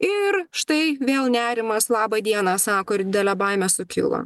ir štai vėl nerimas laba diena sako ir didelė baimė sukilo